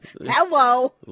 Hello